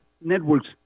networks